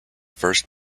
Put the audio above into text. first